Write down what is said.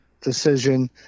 decision